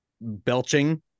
belching